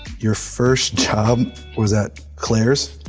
your first job was at claire's.